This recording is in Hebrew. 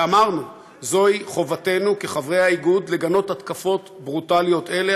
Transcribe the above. ואמרנו: זוהי חובתנו כחברי האיגוד לגנות התקפות ברוטליות אלה,